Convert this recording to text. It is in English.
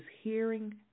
hearing